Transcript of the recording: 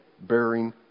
bearing